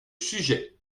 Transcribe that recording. sujet